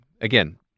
Again